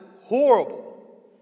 horrible